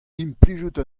implijout